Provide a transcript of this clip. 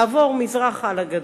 לעבור מזרחה לגדר.